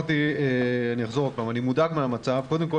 חולים,